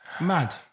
Mad